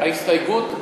ההסתייגות,